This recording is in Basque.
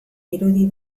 irudi